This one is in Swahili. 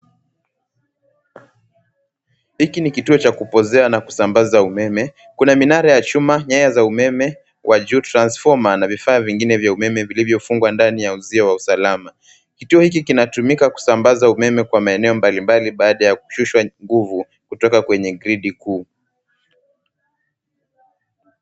Hiki ni kituo cha kupozea na kusambaza umeme, kuna minara ya chuma, nyaya za umeme kwa juu, transfoma na vifaa vingine vya umeme vilivyofungwa ndani ya uzio wa usalama. Kituo hiki kinatumika kusambaza umeme kwa maeneo mbalimbali baada ya kushushwa nguvu kutoka kwenye gridi kuu.